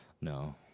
No